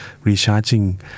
recharging